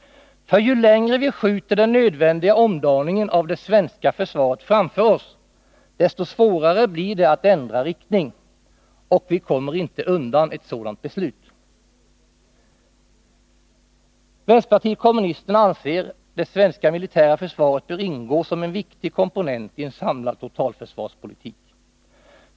För ju längre vi skjuter den nödvändiga omdaningen av det svenska försvaret framför oss, desto svårare blir det att ändra riktning. Och vi kommer inte undan ett sådant beslut. Vänsterpartiet kommunisterna anser att det svenska militära försvaret bör ingå som en viktig komponent i en samlad totalförsvarspolitik.